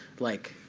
like,